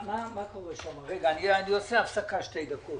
אני עושה הפסקה שתי דקות.